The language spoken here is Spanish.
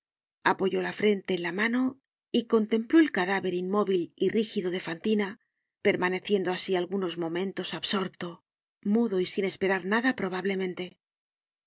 apoyó la frente en la mano y contempló el cadáver inmóvil y rígido de fantina permaneciendo asi algunos momentos absorto mudo y sin pensar en nada probablemente en